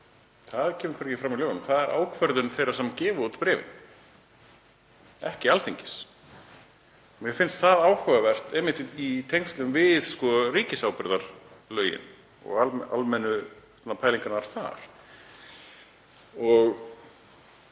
Það kemur hvergi fram í lögunum. Það er ákvörðun þeirra sem gefa út bréfin, ekki Alþingis. Mér finnst það áhugavert í tengslum við ríkisábyrgðarlögin og almennu pælingarnar þar.